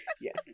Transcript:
yes